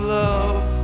love